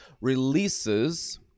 releases